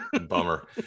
bummer